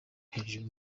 hejuru